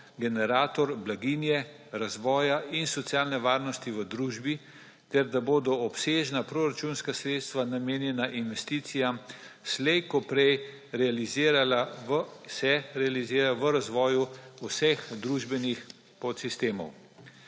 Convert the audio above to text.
generator blaginje, razvoja in socialne varnosti v družbi ter da se bodo obsežna proračunska sredstva, namenjena investicijam, slej ko prej realizirala v razvoju vseh družbenih podsistemov.